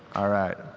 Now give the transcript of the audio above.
all right.